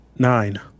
nine